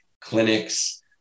Clinics